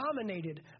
dominated